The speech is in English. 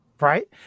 Right